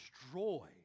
destroy